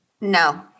no